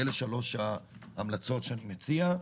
אלה שלוש ההמלצות שאני מציע.